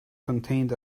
contained